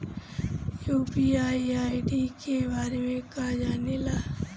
UPI ID के बारे में का जाने ल?